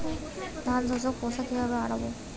ধানে শোষক পোকা কিভাবে তাড়াব?